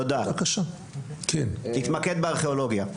תודה, תתמקד בארכיאולוגיה.